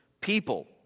people